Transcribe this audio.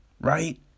right